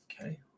okay